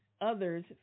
others